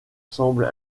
semble